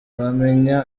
wamenya